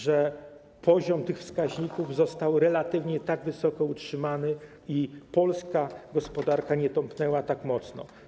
że poziom tych wskaźników został relatywnie tak wysoko utrzymany i polska gospodarka nie tąpnęła tak mocno.